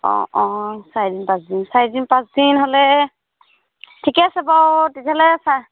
অঁ অঁ চাৰিদিন পাঁচদিন চাৰিদিন পাঁচদিন হ'লে ঠিকে আছে বাৰু তেতিয়াহ'লে চা